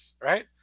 right